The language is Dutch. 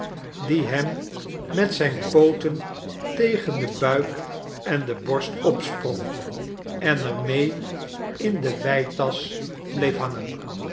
die hem met zijn pooten tegen den buik en de borst opsprong en er mee in de weitasch bleef hangen